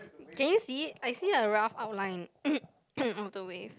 can you see it I see a rough outline of the wave